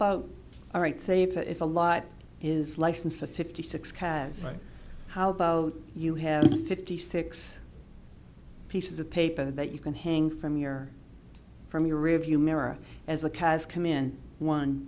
about all right safe if a lot is license for fifty six cars how about you have fifty six pieces of paper that you can hang from your from your rearview mirror as the cast come in one